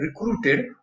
recruited